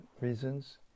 reasons